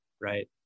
right